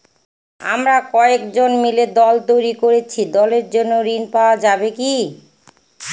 আমরা কয়েকজন মিলে দল তৈরি করেছি দলের জন্য ঋণ পাওয়া যাবে কি?